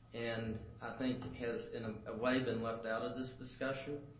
and i think has in a ah way been left out of this discussion.